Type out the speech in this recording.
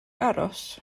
aros